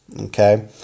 okay